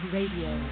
Radio